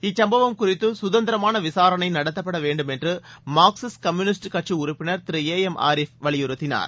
இச்சம்பவம் குறித்துசுதந்திரமானவிசாரணைநடத்தப்படவேண்டும் என்றுமார்க்சிஸ்ட் கம்யூனிஸ்ட் கட்சிஉறுப்பினர் திரு ஏ எம் ஆரிஃப் வலியுறுத்தினார்